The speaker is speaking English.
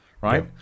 Right